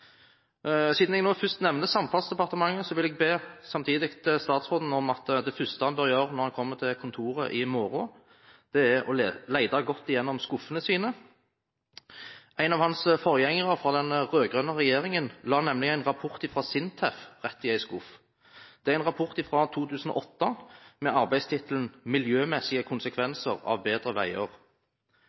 Siden jeg nå først nevnte Samferdselsdepartementet, vil jeg samtidig be statsråden om at det første han bør gjøre når han kommer til kontoret i morgen, er å lete godt gjennom skuffene sine. En av hans forgjengere fra den rød-grønne regjeringen la nemlig en rapport fra SINTEF rett i en skuff. Det er en rapport fra 2007, med arbeidstittelen Miljømessige konsekvenser av bedre veier.